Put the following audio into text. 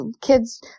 kids